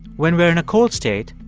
when we're in a cold state,